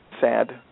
sad